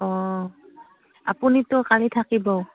অঁ আপুনিতো কাইলৈ থাকিব